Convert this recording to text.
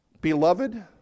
beloved